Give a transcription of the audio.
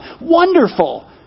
Wonderful